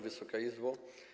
Wysoka Izbo!